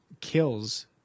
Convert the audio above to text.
kills